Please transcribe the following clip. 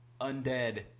undead